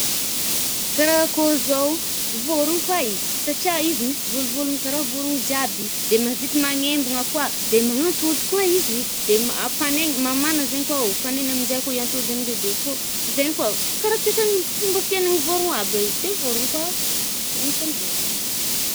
Ka raha akôho zao vorogno koay. Satrià izy misy volovolony karaha vorogno jiaby. De mavity magnembona kôa. De manantody kôa izy, de afagnainy-mamagna zaigny kôa, o-fagnainy aminje kôa iantôdiny ndre de fô, zaigny kôa karaha toetrin’fômba fiainan’ny vorogno aby reo, de vorogno kôa akôho.